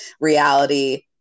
reality